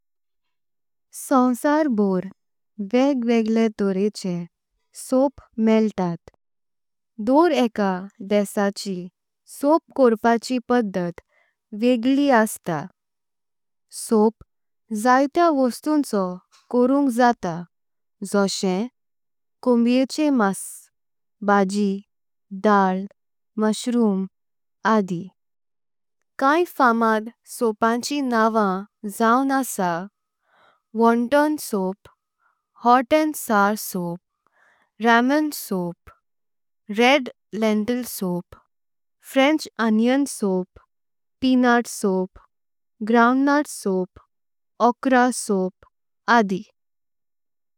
सोंवसार भर वेग वेग्ले तॊरेचॆ सॊप मेळतात। दर एक देशाची सॊप करपाची पाडॊत वेगळी। अस्तां सॊप जात्या वस्तुंचॊ कोरुंक जाता जोशे। कॊंबियेंचे मास, भाजी, दाळ, मश्रूम आदी। काय फामाद सॊपांचीं नांवं जाऊं आसा वॉंटॊन। सॊप हॊट आनि sour soup, ramen soup. Red lentil soup, French onion soup, peanut soup. Groundnut soup okra soup आदी।